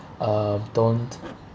uh don't